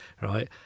right